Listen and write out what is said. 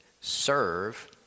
Serve